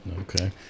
Okay